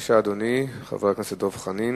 חבר הכנסת דב חנין,